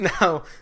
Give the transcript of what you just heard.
No